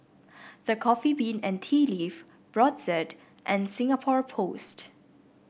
The Coffee Bean and Tea Leaf Brotzeit and Singapore Post